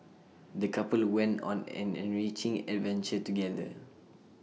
the couple went on an enriching adventure together